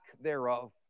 thereof